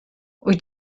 wyt